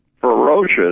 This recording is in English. ferocious